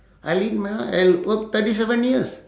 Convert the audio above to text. I live my own I worked thirty seven years